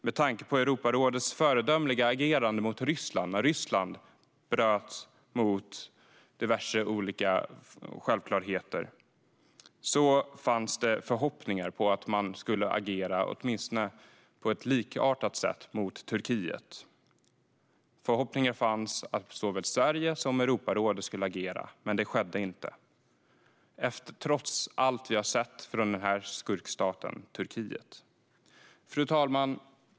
Med tanke på Europarådets föredömliga agerande när Ryssland bröt mot diverse rättigheter fanns en förhoppning om att såväl Sverige som Europarådet skulle agera på ett likartat sätt mot Turkiet. Men så skedde inte, trots allt vi har sett från skurkstaten Turkiet. Fru talman!